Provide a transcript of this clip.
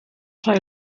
rhoi